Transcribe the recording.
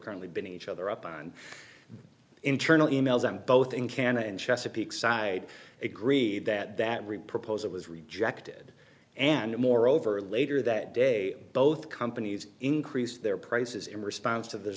currently been each other up on internal e mails on both in canada and chesapeake side agreed that that repurposing was rejected and moreover later that day both companies increase their prices in response to th